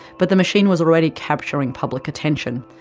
but the machine was already capturing public attention.